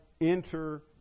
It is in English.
enter